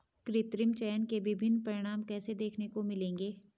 कृत्रिम चयन के विभिन्न परिणाम कैसे देखने को मिलेंगे?